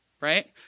right